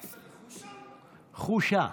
חושה,